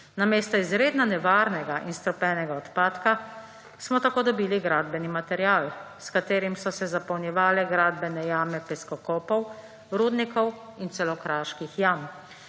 Namesto izredno nevarnega in strupenega odpadka, smo tako dobili gradbeni material, s katerim so se zapolnjevale gradbene jame peskokopov, rudnikov in celo kraških jam.